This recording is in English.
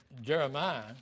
Jeremiah